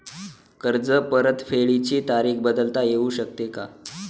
कर्ज परतफेडीची तारीख बदलता येऊ शकते का?